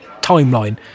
timeline